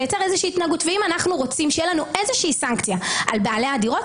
-- ואם אנחנו רוצים שתהיה לנו איזושהי סנקציה על בעלי הדירות